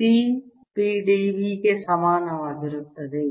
P P d v ಗೆ ಸಮಾನವಾಗಿರುತ್ತದೆ